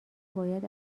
باید